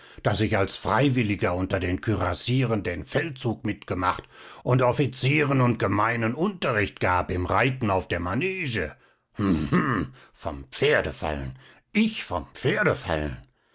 daß ich als freiwilliger unter den kürassieren den feldzug mitgemacht und offizieren und gemeinen unterricht gab im reiten auf der mange hm hm vom pferde fallen ich vom pferde fallen